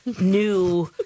new